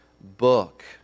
book